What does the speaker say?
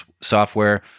software